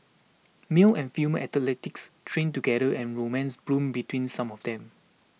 male and female athletes trained together and romance blossomed between some of them